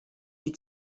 die